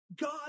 God